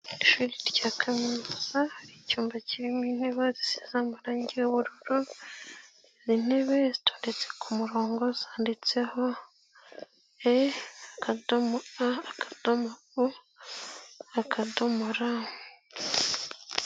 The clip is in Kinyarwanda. Ishuri rya kaminuza icyumba kirimo intebe zisize amarangi y'ubururu, izo intebe zitondetse ku murongo zanditseho e akadomo a, akadumo o, akadomo r.